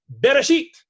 Bereshit